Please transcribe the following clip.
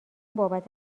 بابت